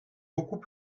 beaucoup